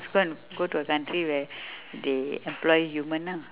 go to a country where they employ human ah